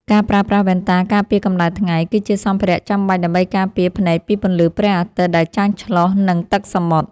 ការប្រើប្រាស់វ៉ែនតាការពារកម្ដៅថ្ងៃ គឺជាសម្ភារៈចាំបាច់ដើម្បីការពារភ្នែកពីពន្លឺព្រះអាទិត្យដែលចាំងឆ្លុះនឹងទឹកសមុទ្រ។